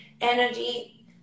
energy